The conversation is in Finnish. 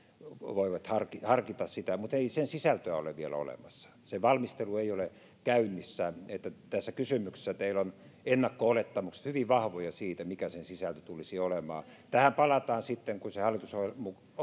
voivat harkita harkita sitä mutta ei sen sisältöä ole vielä olemassa sen valmistelu ei ole käynnissä tässä kysymyksessä teillä ovat ennakko olettamukset hyvin vahvoja siitä mikä sen sisältö tulisi olemaan tähän palataan sitten kun se